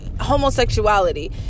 Homosexuality